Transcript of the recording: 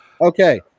Okay